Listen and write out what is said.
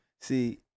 See